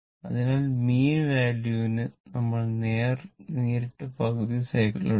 അതായത് mean value ന് നമ്മൾ നേരിട്ട് പകുതി സൈക്കിൾ എടുക്കുന്നു